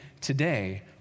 today